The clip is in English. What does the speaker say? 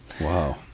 Wow